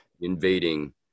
invading